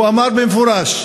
הוא אמר במפורש: